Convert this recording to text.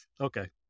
Okay